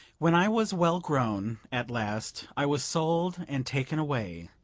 when i was well grown, at last, i was sold and taken away,